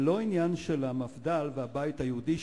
זה לא עניין של המפד"ל והבית הלאומי,